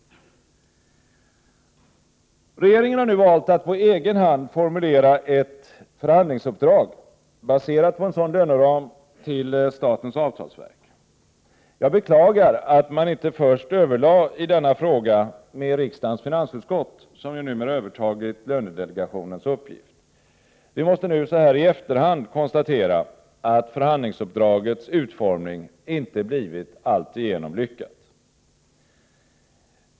Regeringen har nu valt att på egen hand formulera ett förhandlingsuppdrag, baserat på en sådan löneram till statens avtalsverk. Jag beklagar att man inte först överlade i denna fråga med riksdagens finansutskott, som ju numera övertagit lönedelegationens uppgift. Vi måste nu så här i efterhand konstatera att förhandlingsuppdragets utformning inte blivit alltigenom lyckat.